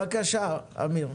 בבקשה, אמיר.